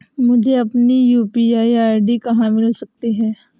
मुझे अपनी UPI ID कहां मिल सकती है?